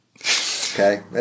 Okay